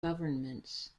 governments